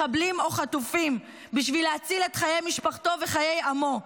מחבלים או חטופים בשביל להציל את חיי משפחתו וחיי עמו,